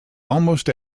almost